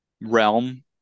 realm